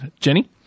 jenny